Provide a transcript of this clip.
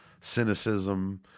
cynicism